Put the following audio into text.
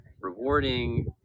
rewarding